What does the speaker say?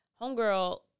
Homegirl